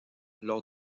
lors